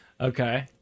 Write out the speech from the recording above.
Okay